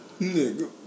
Nigga